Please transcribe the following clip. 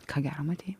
ką gero matei